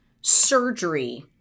surgery